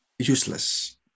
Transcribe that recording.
useless